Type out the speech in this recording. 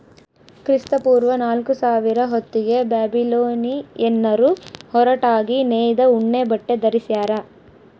ಕ್ರಿಸ್ತಪೂರ್ವ ನಾಲ್ಕುಸಾವಿರ ಹೊತ್ತಿಗೆ ಬ್ಯಾಬಿಲೋನಿಯನ್ನರು ಹೊರಟಾಗಿ ನೇಯ್ದ ಉಣ್ಣೆಬಟ್ಟೆ ಧರಿಸ್ಯಾರ